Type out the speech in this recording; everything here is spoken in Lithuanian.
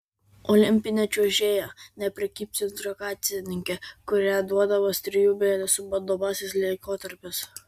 olimpinė čiuožėja ne prekybcentrio kasininkė kuria duodamas trijų mėnesių bandomasis laikotarpis